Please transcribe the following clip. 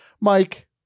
Mike